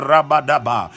Rabadaba